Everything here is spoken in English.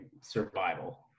survival